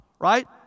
right